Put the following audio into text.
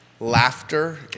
laughter